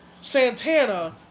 Santana